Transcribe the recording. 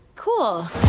Cool